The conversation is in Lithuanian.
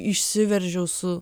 išsiveržiau su